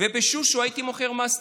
ובשו-שו הייתי מוכר מסטיקים.